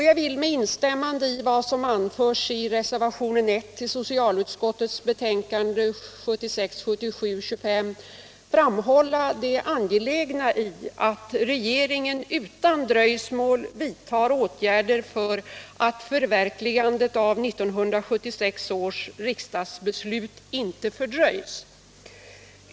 : Jag vill med instämmande i vad som anförs i reservationen 1 till socialutskottets betänkande 1976/77:25 framhålla det angelägna i att regeringen utan dröjsmål vidtar åtgärder för att förverkligandet av 1976 års riksdagsbeslut inte fördröjs.